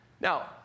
now